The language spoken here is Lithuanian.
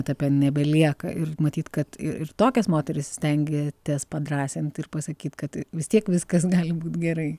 etape nebelieka ir matyt kad ir tokias moteris stengiatės padrąsint ir pasakyt kad vis tiek viskas gali būt gerai